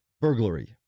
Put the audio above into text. burglary